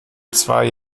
zwei